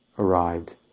Arrived